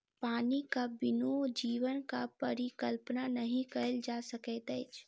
पानिक बिनु जीवनक परिकल्पना नहि कयल जा सकैत अछि